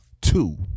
two